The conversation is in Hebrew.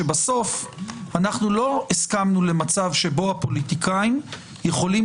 שבסוף אנחנו לא הסכמנו למצב שבו הפוליטיקאים יכולים